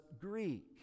Greek